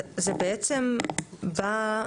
זה בעצם בא,